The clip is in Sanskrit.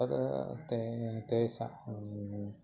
तद् ते तेषाम्